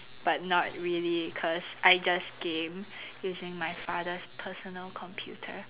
but not really because I just game using my father's personal computer